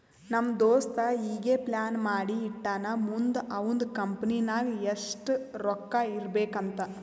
ನಮ್ ದೋಸ್ತ ಈಗೆ ಪ್ಲಾನ್ ಮಾಡಿ ಇಟ್ಟಾನ್ ಮುಂದ್ ಅವಂದ್ ಕಂಪನಿ ನಾಗ್ ಎಷ್ಟ ರೊಕ್ಕಾ ಇರ್ಬೇಕ್ ಅಂತ್